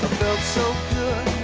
felt so